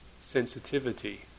sensitivity